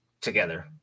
together